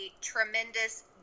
tremendous